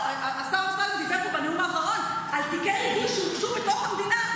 השר אמסלם דיבר פה בנאום האחרון על תיקי ריגול שהוגשו בתוך המדינה.